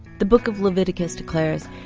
the book of leviticus declares,